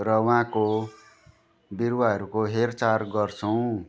र उहाँको बिरुवाहरूको हेरचार गर्छौँ